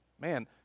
man